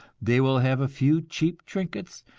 they will have a few cheap trinkets,